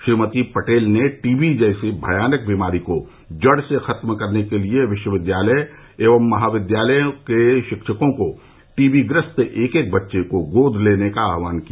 श्रीमती पटेल ने टीबी जैसी भयावह बीमारी को जड़ से खत्म करने के लिए विश्वविद्यालय एवं महाविद्यालयों के रिक्षकों को टीबीग्रस्त एक एक बच्चे को गोद लेने का आहवान किया